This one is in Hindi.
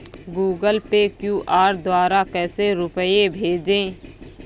गूगल पे क्यू.आर द्वारा कैसे रूपए भेजें?